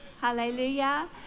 Hallelujah